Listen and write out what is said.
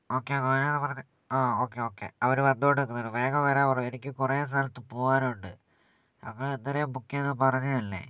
okay ആ കാര്യവാ പറഞ്ഞേ അതെ ഓക്കെ ഓക്കെ അവര് വന്നോണ്ടിരിക്കുന്നേയുള്ളു വേഗം വരാൻ പറയ് എനിക്ക് കുറെ സ്ഥലത്ത് പോകാനുണ്ട് നമ്മള് ഇന്നലേയും ബുക്ക് ചെയ്ത് പറഞ്ഞതല്ലേ